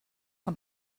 von